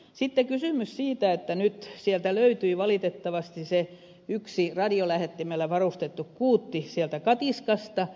sitten kysymys siitä että nyt sieltä löytyi valitettavasti se yksi radiolähettimellä varustettu kuutti sieltä katiskasta